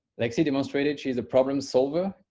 lexi demonstrated she is a problem solver,